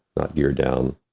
not gear down.